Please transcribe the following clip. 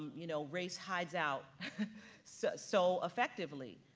you know, race hides out so so effectively.